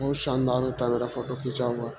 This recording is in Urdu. بہت شاندار ہوتا ہے میرا فوٹو کھینچا ہوا